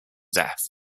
death